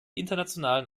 internationalen